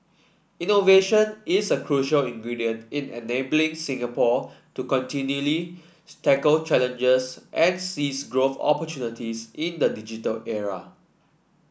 innovation is a crucial ingredient in enabling Singapore to continually tackle challenges and seize growth opportunities in the digital era